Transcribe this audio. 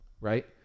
right